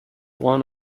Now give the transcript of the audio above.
one